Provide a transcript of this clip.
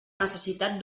necessitat